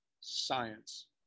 science